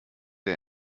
der